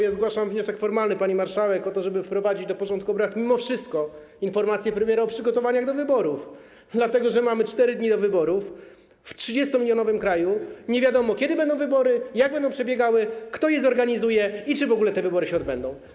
Ja zgłaszam wniosek formalny, pani marszałek, o to, żeby wprowadzić do porządku obrad, mimo wszystko, informację premiera o przygotowaniach do wyborów, dlatego że mamy 4 dni do wyborów w 30-milionowym kraju, nie wiadomo, kiedy będą wybory, jak będą przebiegały, kto je zorganizuje i czy w ogóle te wybory się odbędą.